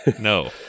No